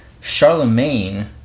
Charlemagne